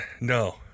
No